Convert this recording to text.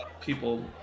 people